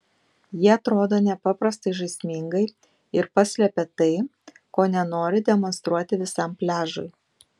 jie atrodo nepaprastai žaismingai ir paslepia tai ko nenori demonstruoti visam pliažui